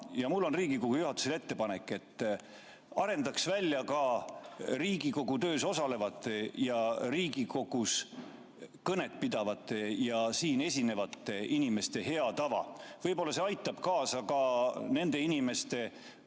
Ja mul on Riigikogu juhatusele ettepanek, et arendaks välja ka Riigikogu töös osalevate ja Riigikogus kõnet pidavate ja siin esinevate inimeste hea tava. Võib-olla see aitab kaasa ka nende inimeste